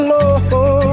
Lord